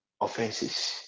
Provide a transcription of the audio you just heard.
Offenses